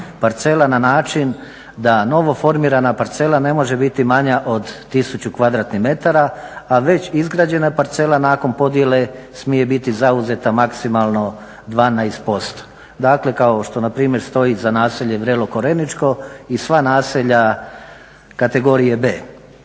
parcela na način da novoformirana parcela ne može biti manja od 1000 kvadratnih metara, a već izgrađena parcela nakon podjele smije biti zauzeta maksimalno 12%. Dakle, kao što na primjer stoji za naselje Vrelo Koreničko i sva naselja kategorije B.